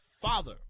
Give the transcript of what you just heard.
father